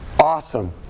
awesome